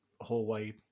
hallway